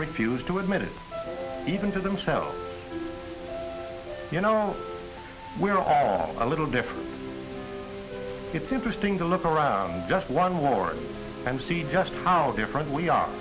refuse to admit it even to themselves you know we're all a little different it's interesting to look around just one word and see just how different we are